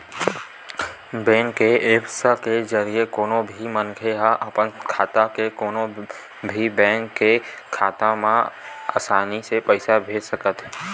bank के apps के जरिए कोनो भी मनखे ह अपन खाता ले कोनो भी बेंक के खाता म असानी ले पइसा भेज सकत हे